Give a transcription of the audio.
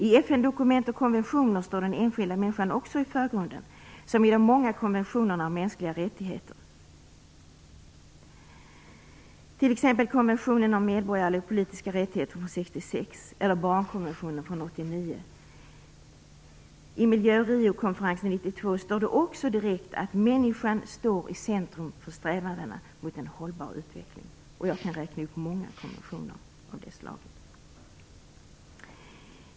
I FN-dokument och konventioner står den enskilda människan också i förgrunden, liksom i de många konventionerna om mänskliga rättigheter. Det handlar t.ex. om konventionen om medborgerliga politiska rättigheter från 1966 eller barnkonventionen från sades det också direkt att människan står i centrum för strävandena mot en hållbar utveckling. Jag kan räkna upp många konventioner av det slaget.